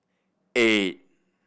eight